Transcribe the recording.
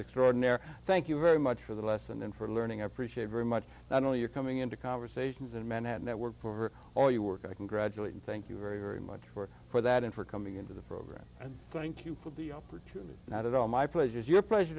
extraordinary thank you very much for the lesson and for learning i appreciate very much not only your coming into conversations in manhattan that work for all you work i congratulate and thank you very very much for for that and for coming into the program and thank you for the opportunity not at all my pleasure is your pleasure